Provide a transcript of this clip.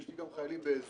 יש לי גם חיילים בעזוז,